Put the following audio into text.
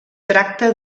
tracta